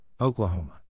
Oklahoma